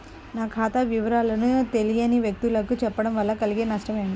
నా ఖాతా వివరాలను తెలియని వ్యక్తులకు చెప్పడం వల్ల కలిగే నష్టమేంటి?